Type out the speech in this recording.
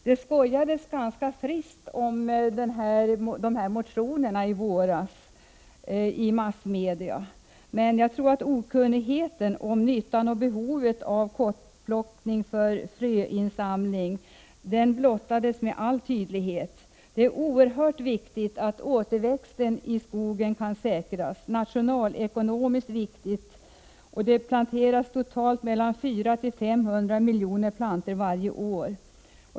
Det skojades ganska friskt i massmedierna i våras om de här motionerna, men jag tror att okunnigheten om nyttan och behovet av kottplockning och fröinsamling därigenom blottades med all tydlighet. Det är oerhört viktigt att återväxten i skogen kan säkras — det är nationalekonomiskt viktigt. Det planteras totalt mellan 400 miljoner och 500 miljoner plantor varje år.